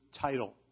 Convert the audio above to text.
title